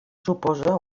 suposa